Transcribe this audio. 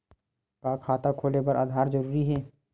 का खाता खोले बर आधार जरूरी हे?